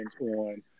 on